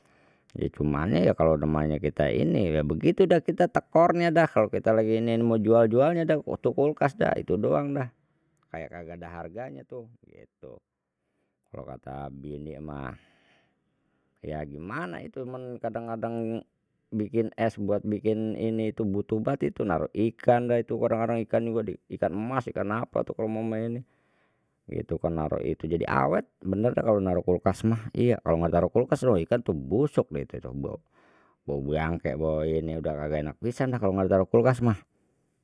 Ya kemane ya kalau namanya kita ini ya begitu dah kita tekornya kalau kita lagi ini mau jual jualnya dah tu kulkas dah itu doang dah, kayak kagak ada harganya tuh gitu kalau kata bini mah ya gimana itu cuman kadang kadang bikin es buat bikin ini itu butuh banget itu, naruh ikan dah itu kadang kadang juga ikan emas ikan apa ama ini ni gitu kan, naruh itu jadi awet bener kan kalau naruh kulkas mah iya kalau nggak taruh kulkas ikan tuh busuk dah itu tu bau bangke bau ini dah kagak enak pisan dah kalau nggak ditaruh kulkas mah.